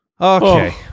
Okay